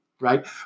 Right